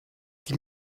die